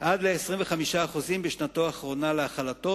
עד ל-25% בשנה האחרונה להחלתו,